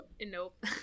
nope